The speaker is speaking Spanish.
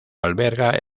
alberga